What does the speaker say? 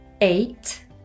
Eight